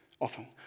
Often